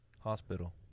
Hospital